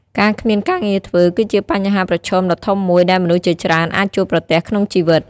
ការគ្មានការងារធ្វើ គឺជាបញ្ហាប្រឈមដ៏ធំមួយដែលមនុស្សជាច្រើនអាចជួបប្រទះក្នុងជីវិត។